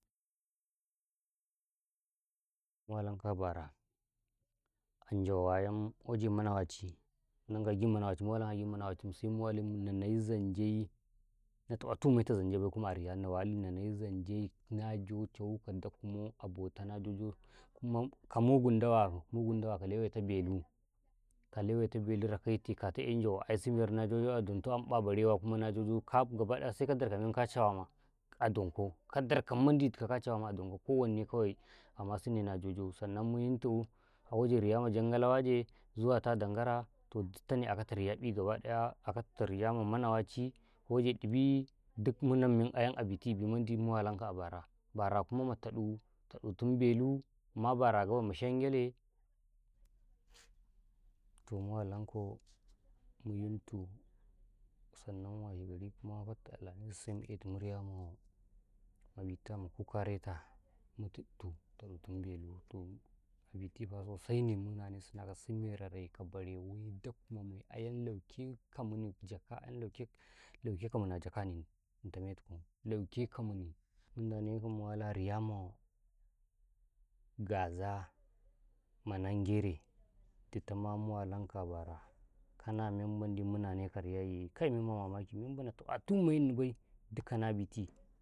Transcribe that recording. ﻿ Mu walanka a bara, an jawo, a yam mu waje manwaci, sai mu wa li na nay zan jay, na ta ƃbatu men te zan ja bay, kuma ariyaa, na walu na nay zan jay na jo-jo, cewa ka dakwa mai a batau na jo-jo, kuma, kuma ka mangun dawa, mungun dawa ka lewai ta belu, ka lewaita belu rakai tay, katau man jawu, aisibari na jo-jo dan tau, barewa kauna, kaa abu sai har dar ka men ka cawaa, maka dar ka men ka cawa ma a dar ko, a ma su ne na jo-jo, ma yun tu a wuje riya ma janga-lamaje, zuwa ta dan garaa, toh, du ta ne a'a ka ta riya ƃi, giɗ riya ma mana wacii, waje ɗibee, munan men a ye a biti, mendi muwalan ka, a bara, a kuma ma taɗu taɗu tun beluu ma bara gabai ma shangya lee, toh, mu walan kau, mu yun tu, sannan washe gari kuma, wattau fatta alamis, sai eh tum riya maa, abita ma kuka re taa, mu tut tu taɗun mu be, toh biti faa, sosai ne mu wane su na kau, su mai rare, ko barewa, daggwa mai, a a yam, laukeka mi ni jaka'an, lauke ka mini nia jaka Nni, in ta mai tu ku, lauke ka mini, Nna ne kau mala riya mau gaza ma Nange rai, ditama mu walanka a bara kana mendi mu na ne ka a riyali kai mai ma mamaki taƃa tu may Nni bay dika naa biti.